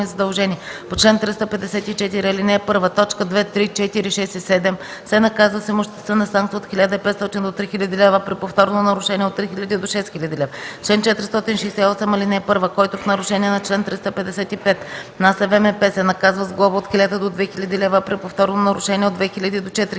по чл. 354, ал. 1, т. 2, 3, 4, 6 и 7, се наказва с имуществена санкция от 1500 до 3000 лв., а при повторно нарушение – от 3000 до 6000 лв. Чл. 468. (1) Който, в нарушение на чл. 355 внася ВМП, се наказва с глоба от 1000 до 2000 лв., а при повторно нарушение – от 2000 до 4000 лв.